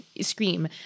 scream